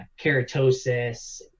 keratosis